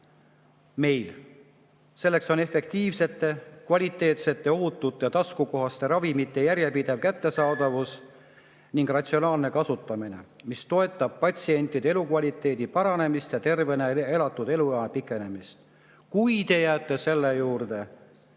eesmärk. Selleks on efektiivsete, kvaliteetsete, ohutute ja taskukohaste ravimite järjepidev kättesaadavus ning ratsionaalne kasutamine, mis toetab patsientide elukvaliteedi paranemist ja tervena elatud eluea pikenemist. Kui te jääte selle juurde,